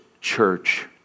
church